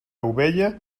ovella